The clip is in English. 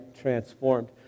transformed